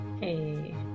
Hey